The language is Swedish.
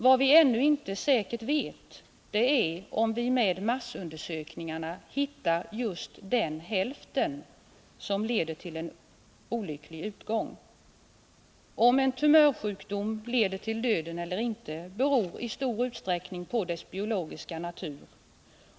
Vad vi ännu inte säkert vet är om vi med massundersökningarna hittar just den hälften som leder till en olycklig utgång. Om en tumörsjukdom leder till döden eller inte beror i stor utsträckning på dess biologiska natur.